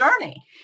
journey